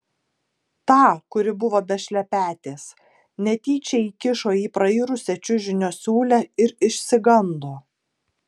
tą kuri buvo be šlepetės netyčia įkišo į prairusią čiužinio siūlę ir išsigando